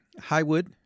Highwood